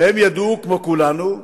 והם ידעו, כמו כולנו,